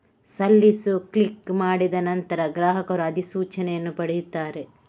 ಸಲ್ಲಿಸು ಕ್ಲಿಕ್ ಮಾಡಿದ ನಂತರ, ಗ್ರಾಹಕರು ಅಧಿಸೂಚನೆಯನ್ನು ಪಡೆಯುತ್ತಾರೆ